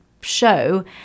show